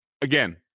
again